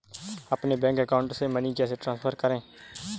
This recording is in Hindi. अपने बैंक अकाउंट से मनी कैसे ट्रांसफर करें?